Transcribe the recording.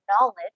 knowledge